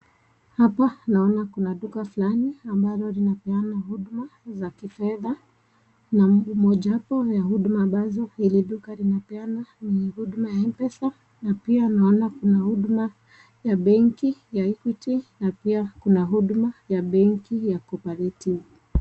Hapa naona kuna duka fulani ambalo linapeana huduma za kifedha na moja wapo ya huduma ambazo hili duka linapeana ni huduma ya Mpesa na pia naona kuna huduma ya benki ya Equity na pia kuna huduma ya benki ya Co-operative.